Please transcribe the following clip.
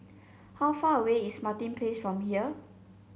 how far away is Martin Place from here